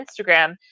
Instagram